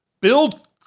Build